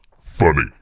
funny